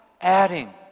adding